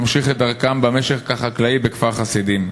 ממשיך את דרכם במשק החקלאי בכפר-חסידים.